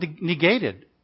negated